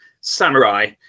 samurai